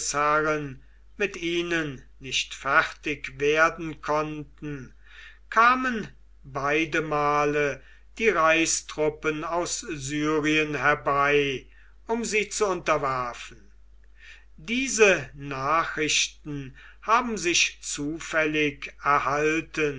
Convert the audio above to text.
mit ihnen nicht fertig werden konnten kamen beide male die reichstruppen aus syrien herbei um sie zu unterwerfen diese nachrichten haben sich zufällig erhalten